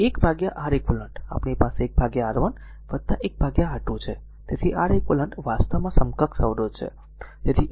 તેથી 1 R eq આપણી પાસે 1 R1 1 R2 છે તેથી R eq વાસ્તવમાં સમકક્ષ અવરોધ છે